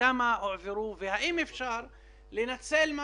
כל זה ייתן לכולם